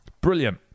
brilliant